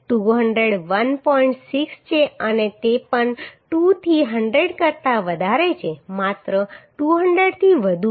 6 છે અને તે પણ 2 થી 100 કરતા વધારે છે માત્ર 200 થી વધુ